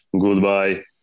Goodbye